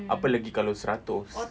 apa lagi kalau seratus